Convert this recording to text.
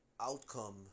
outcome